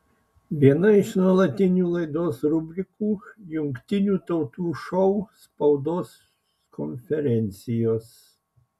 viena iš nuolatinių laidos rubrikų jungtinių tautų šou spaudos konferencijos